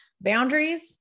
boundaries